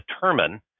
determine